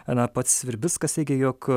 na pats virbickas teigė jog